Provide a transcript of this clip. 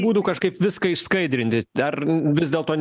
būdų kažkaip viską išskaidrinti ar vis dėlto